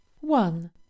one